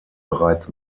bereits